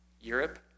Europe